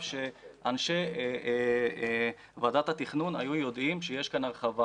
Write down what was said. אנשי ועדת התכנון היו יודעים שיש כאן הרחבה.